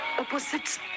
opposite